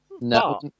No